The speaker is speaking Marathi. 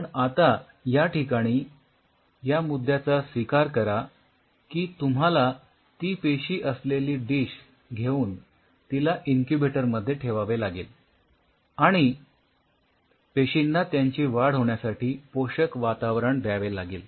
पण आता या ठिकाणी या मुद्याचा स्वीकार करा की तुम्हाला ती पेशी असलेली डिश घेऊन तिला इन्क्युबेटर मध्ये ठेवावे लागेल आणि पेशींना त्यांची वाढ होण्यासाठी पोषक वातावरण द्यावे लागेल